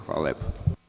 Hvala lepo.